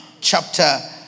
chapter